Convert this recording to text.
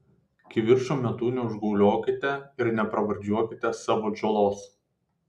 kivirčo metu neužgauliokite ir nepravardžiuokite savo atžalos